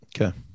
Okay